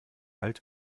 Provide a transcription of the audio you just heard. alt